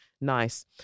nice